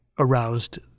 aroused